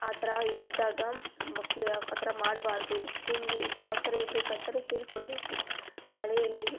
ಆ ಥರ ಇದ್ದಾಗ ಮಕ್ಳು ಯಾಕೆ ಆ ಥರ ಮಾಡಬಾರ್ದು ಹಿಂಗೆ ಯಾವ್ತರ ಇರ್ಬೇಕಂತ ಹೇಳಿಕೊಡ್ಬೇಕು ಮಳೆಯಲ್ಲಿ